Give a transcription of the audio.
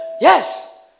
Yes